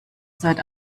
seit